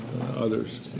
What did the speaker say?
others